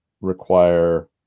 require